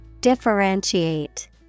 Differentiate